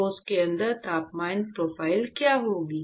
ठोस के अंदर तापमान प्रोफ़ाइल क्या होगी